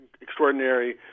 extraordinary